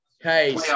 Hey